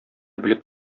белеп